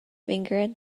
finger